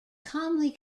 calmly